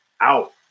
Out